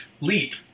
Leap